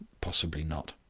possibly not.